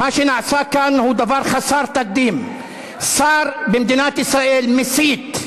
מה שנעשה כאן הוא דבר חסר תקדים: שר במדינת ישראל מסית.